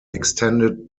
extended